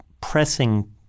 pressing